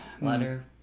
letter